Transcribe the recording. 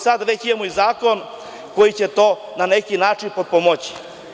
Sada već imamo i zakon koji će to na neki način pomoći.